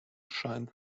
shines